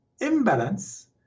imbalance